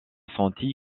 senti